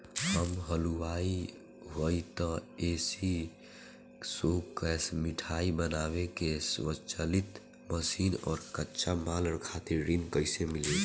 हम हलुवाई हईं त ए.सी शो कैशमिठाई बनावे के स्वचालित मशीन और कच्चा माल खातिर ऋण कइसे मिली?